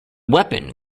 weapon